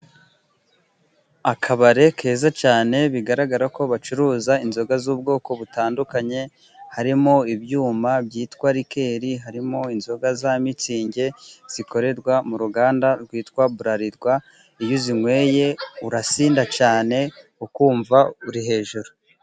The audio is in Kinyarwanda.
Akabari keza cyane bigaragara ko bacuruza inzoga z'ubwoko butandukanye, harimo ibyuma byitwa rikeli, harimo inzoga za mitsingi zikorerwa mu ruganda rwitwa burarirwa, iyo uzinyweye urasinda cyane, ukumva uri hejuru.